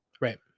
Right